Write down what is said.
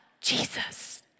Jesus